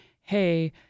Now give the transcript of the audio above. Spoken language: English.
hey